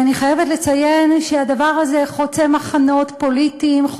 ואני חייבת לציין שהדבר הזה חוצה מחנות פוליטיים,